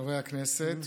חברי הכנסת,